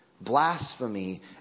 Blasphemy